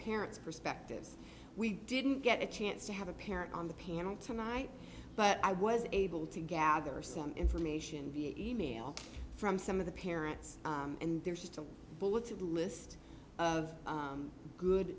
parents perspectives we didn't get a chance to have a parent on the panel tonight but i was able to gather some information via e mail from some of the parents and there's just a bulleted list of good